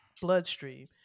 bloodstream